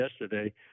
yesterday